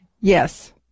Yes